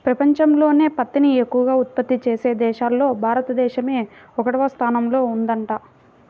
పెపంచంలోనే పత్తిని ఎక్కవగా ఉత్పత్తి చేసే దేశాల్లో భారతదేశమే ఒకటవ స్థానంలో ఉందంట